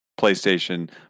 PlayStation